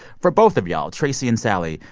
for both of y'all, tracey and sally,